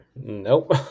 Nope